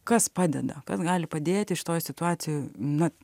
kas padeda kas gali padėti šitoj situacijoj na